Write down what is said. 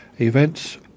Events